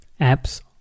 apps